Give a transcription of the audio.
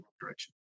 direction